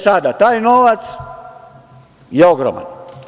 Sada, taj novac je ogroman.